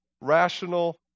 rational